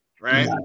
right